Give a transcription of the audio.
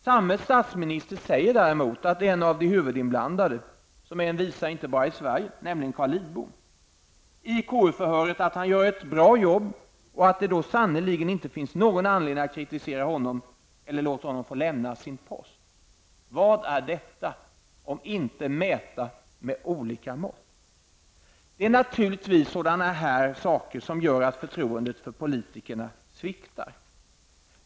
Samme statsminister säger däremot i KU-förhöret om en av de huvudinblandade -- som är en visa inte bara i Sverige -- nämligen Carl Lidbom, att han gör ett bra jobb och att det då sannerligen inte finns anledning att kritisera honom eller låta honom få lämna sin post. Vad är detta om inte att mäta med olika mått? Det är naturligtvis sådana här saker som gör att förtroendet för politikerna sviktar.